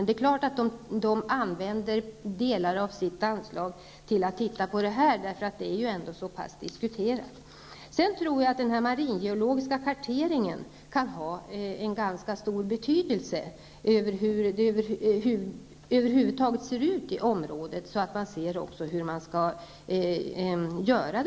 Det är klart att de använder delar av sitt anslag till att se även på detta, eftersom det är så pass diskuterat. Jag tror att den maringeologiska karteringen kan ha en ganska stor betydelse beträffande hur det ser ut i området. Då kan man se hur dessa åtgärder skall vidtas.